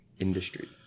industry